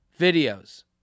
Videos